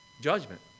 judgment